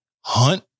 hunt